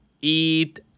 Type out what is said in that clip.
eat